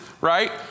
right